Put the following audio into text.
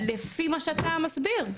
לפי מה שאתה מסביר,